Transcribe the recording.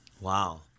wow